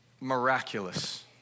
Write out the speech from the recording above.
miraculous